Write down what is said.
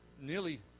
nearly